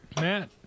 Matt